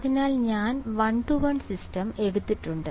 അതിനാൽ ഞാൻ one to one system എടുത്തിട്ടുണ്ട്